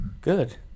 Good